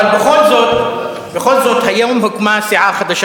אבל בכל זאת היום הוקמה סיעה חדשה